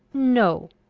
no.